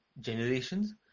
generations